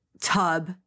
tub